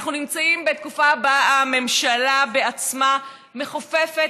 אנחנו נמצאים בתקופה שבה הממשלה בעצמה מכופפת